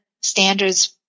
standards